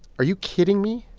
are you kidding me?